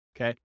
okay